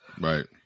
Right